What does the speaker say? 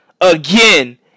again